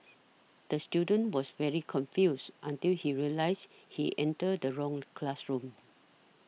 the student was very confused until he realised he entered the wrong classroom